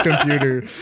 computer